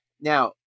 Now